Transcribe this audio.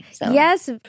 Yes